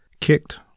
kicked